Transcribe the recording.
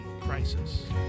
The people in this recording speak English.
Crisis